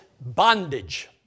bondage